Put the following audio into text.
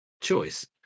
choice